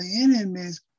enemies